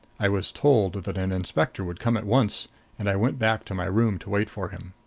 i was told that an inspector would come at once and i went back to my room to wait for him.